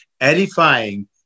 edifying